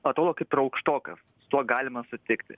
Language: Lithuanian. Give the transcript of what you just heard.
atrodo kaip ir aukštokas tuo galima sutikti